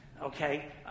okay